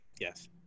Yes